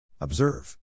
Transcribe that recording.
Observe